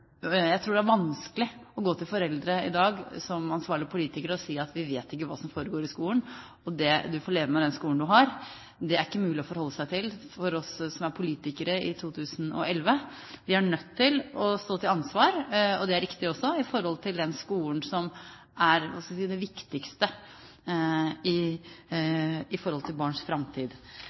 Jeg tror det er vanskelig å gå til foreldre i dag som ansvarlig politiker og si at vi vet ikke hva som foregår i skolen, og du får leve med den skolen du har. Det er det ikke mulig å forholde seg til for oss som er politikere i 2011. Vi er nødt til å stå til ansvar, og det er riktig også, når det gjelder den skolen som er det viktigste i forhold til barns framtid.